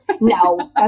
No